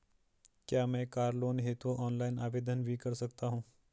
क्या मैं car loan हेतु ऑनलाइन आवेदन भी कर सकता हूँ?